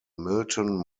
milton